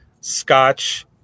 scotch